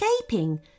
escaping